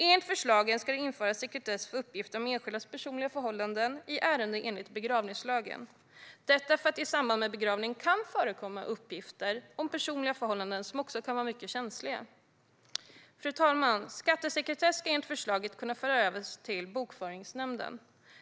Enligt förslagen ska det införas sekretess för uppgifter om enskildas personliga förhållanden i ärenden enligt begravningslagen, detta för att det i samband med begravning kan förekomma uppgifter om personliga förhållanden som kan vara mycket känsliga. Fru talman! Skattesekretess ska enligt förslaget kunna föras över till Bokföringsnämnden.